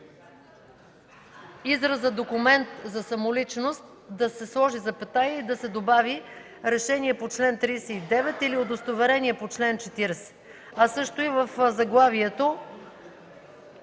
израза „документ за самоличност”, да се сложи запетая и да се добави „решение по чл. 39 или удостоверение по чл. 40”. А също и в заглавието